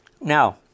Now